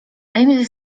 emil